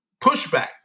pushback